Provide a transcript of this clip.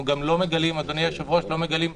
אנחנו גם לא מגלים, אדוני היושב-ראש, סלחנות